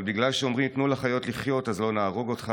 אבל בגלל שאומרים "תנו לחיות לחיות" אז לא נהרוג אותך,